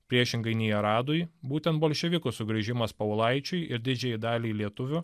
priešingai nei aradui būtent bolševikų sugrįžimas povilaičiui ir didžiąjai daliai lietuvių